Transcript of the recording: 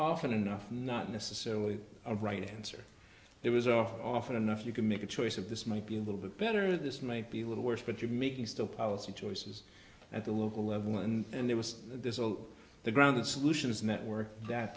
often enough not necessarily a right answer there was often enough you could make a choice of this might be a little bit better this might be a little worse but you're making still policy choices at the local level and there was this all the ground solutions network that